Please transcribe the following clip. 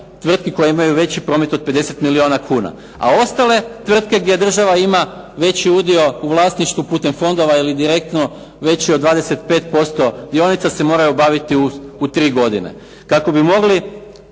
tvrtki koje imaju veći promet od 50 milijuna kuna, a ostale tvrtke gdje država ima veći udio u vlasništvu putem fondova ili direktno veći od 25% dionica se mora obaviti u 3 godine kako bi mogli